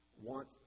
want